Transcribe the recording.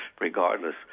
regardless